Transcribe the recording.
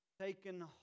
taken